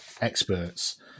experts